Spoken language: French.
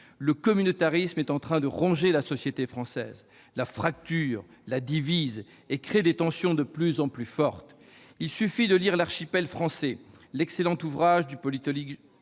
Le communautarisme est en train de ronger la société française, il la fracture, la divise, créant des tensions de plus en plus vives. Il suffit de lire, l'excellent ouvrage du politologue